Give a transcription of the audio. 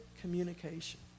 communication